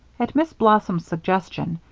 at miss blossom's suggestion,